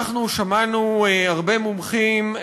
שמענו הרבה מומחים,